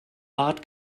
bart